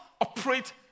operate